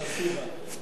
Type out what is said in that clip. ספסיבה.